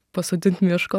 pasodint miško